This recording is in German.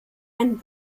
ein